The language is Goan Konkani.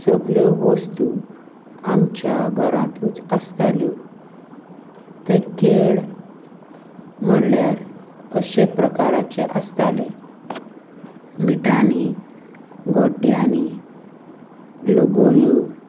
सगल्यो वस्तू आमच्या घरांतूच आसताल्यो ते खेळ म्हणल्यार अशे प्रकाराचे आसताले मिटांनी गोड्ड्यांनी लगोऱ्यो